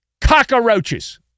cockroaches